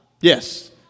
Yes